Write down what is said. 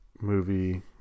movie